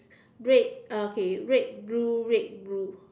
red okay red blue red blue